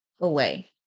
away